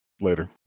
Later